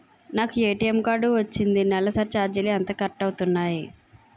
నాకు A T M card వచ్చింది నెలసరి ఛార్జీలు ఎంత కట్ అవ్తున్నాయి?